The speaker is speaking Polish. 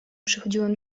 przychodziłem